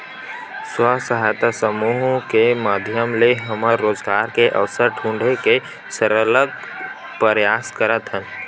स्व सहायता समूह के माधियम ले हमन रोजगार के अवसर ढूंढे के सरलग परयास करत हन